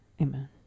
amen